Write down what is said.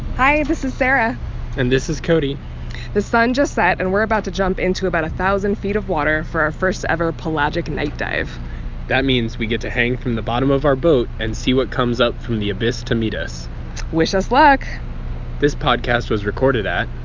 hi, this is sarah and this is cody the sun just set, and we're about to jump into about a thousand feet of water for our first-ever pelagic night dive that means we get to hang from the bottom of our boat and see what comes up through the abyss to meet us wish us luck this podcast was recorded at.